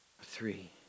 three